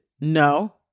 no